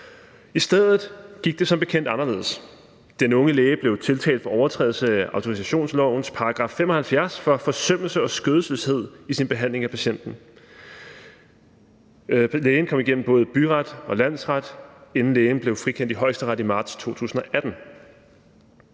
I stedet gik det som bekendt anderledes. Den unge læge blev tiltalt for overtrædelse af autorisationslovens § 75 for forsømmelse og skødesløshed i sin behandling af patienten. Lægen kom igennem både byret og landsret, inden lægen blevet frikendt i Højesteret i marts 2018.